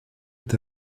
est